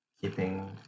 keeping